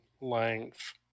length